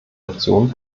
optionen